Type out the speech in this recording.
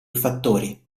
fattori